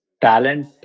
talent